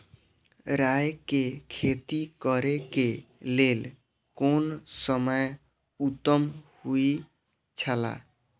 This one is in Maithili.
राय के खेती करे के लेल कोन समय उत्तम हुए छला?